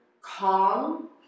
calm